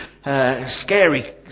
scary